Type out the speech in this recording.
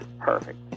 perfect